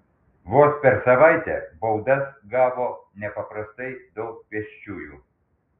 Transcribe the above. vos per savaitę baudas gavo nepaprastai daug pėsčiųjų